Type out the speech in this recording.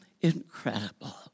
incredible